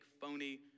phony